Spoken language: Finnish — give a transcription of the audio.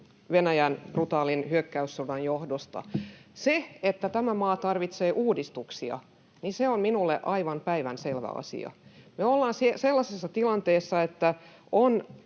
Venäjän brutaalin hyökkäyssodan johdosta. Se, että tämä maa tarvitsee uudistuksia, on minulle aivan päivänselvä asia. Me olemme sellaisessa tilanteessa, että on